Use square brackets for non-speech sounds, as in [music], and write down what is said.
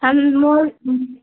ہم مال [unintelligible]